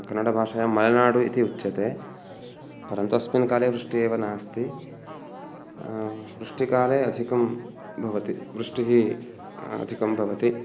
कन्नडभाषायां मलेनाडु इति उच्यते परन्तु अस्मिन् काले वृष्टिः एव नास्ति वृष्टिकाले अधिकं भवति वृष्टिः अधिकं भवति